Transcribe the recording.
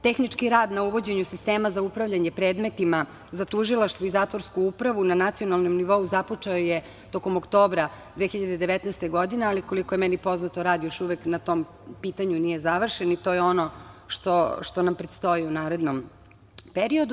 Tehnički rad na uvođenju sistema za upravljanje predmetima za tužilaštvo i zatvorsku upravu na nacionalnom nivou započeo je tokom oktobra 2019. godine, ali koliko je meni poznato rad na tom pitanju još uvek nije završen i o to je ono što nam predstoji u narednom periodu.